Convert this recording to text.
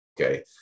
okay